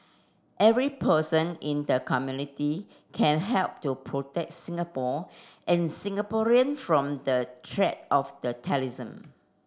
every person in the community can help to protect Singapore and Singaporeans from the threat of the terrorism